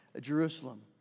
Jerusalem